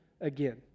again